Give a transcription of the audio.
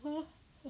!huh!